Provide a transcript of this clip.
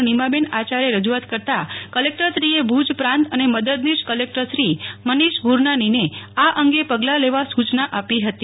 નીમાબેન આયાર્થે રજુઆત કરતા કલેકટરશ્રીએ ભુજ પ્રાંત અને મદદનીશ કલેકટરશ્રી મનીષ ગુરવાનીને આ અંગે પગલાં લેવા સૂચના આપી હતી